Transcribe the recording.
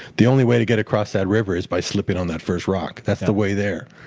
the only way to get across that river is by slipping on that first rock. that's the way there.